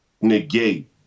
negate